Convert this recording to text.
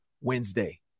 Wednesday